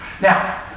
Now